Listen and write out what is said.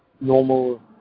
normal